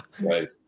Right